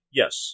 yes